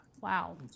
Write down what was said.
Wow